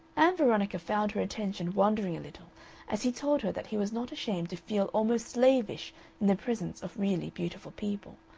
ann veronica found her attention wandering a little as he told her that he was not ashamed to feel almost slavish in the presence of really beautiful people,